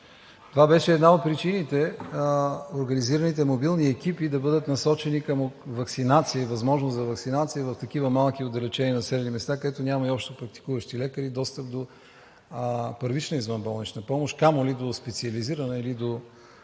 Това беше една от причините организираните мобилни екипи да бъдат насочени към ваксинация, възможност за ваксинация в такива малки отдалечени населени места, където няма и общопрактикуващи лекари и достъп до първична извънболнична помощ, камо ли до специализирана или